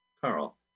Carl